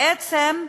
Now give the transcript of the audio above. בעצם,